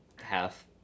half